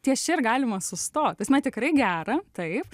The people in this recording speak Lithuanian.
ties čia ir galima susto ta prasme tikrai gera taip